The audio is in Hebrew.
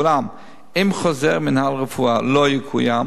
ואולם אם חוזר מינהל רפואה לא יקוים,